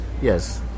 yes